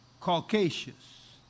Caucasus